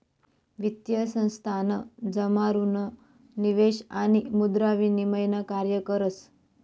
वित्तीय संस्थान जमा ऋण निवेश आणि मुद्रा विनिमय न कार्य करस